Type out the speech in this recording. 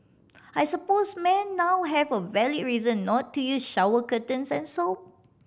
I suppose men now have a valid reason not to use shower curtains and soap